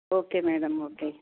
okay madam okay